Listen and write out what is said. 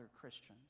Christians